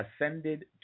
ascended